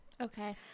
Okay